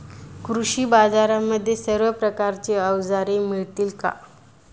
कृषी बाजारांमध्ये सर्व प्रकारची अवजारे मिळतील का?